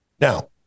Now